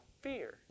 fear